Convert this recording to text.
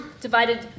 divided